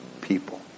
people